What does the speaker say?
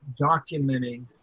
documenting